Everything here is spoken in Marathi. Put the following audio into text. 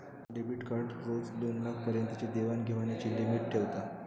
डेबीट कार्ड रोज दोनलाखा पर्यंतची देवाण घेवाणीची लिमिट ठेवता